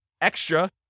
extra